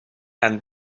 and